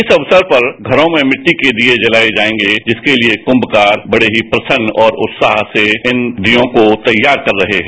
इस अवसर पर घरों में मिट्टी के दीए जलाए जाएगे जिसके लिए कुम्मकार बड़े ही प्रसन्नता और उत्साह से इन दियों को तैयार कर रहे हैं